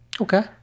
okay